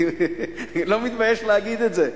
אני לא מתבייש להגיד את זה.